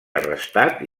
arrestat